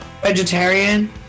vegetarian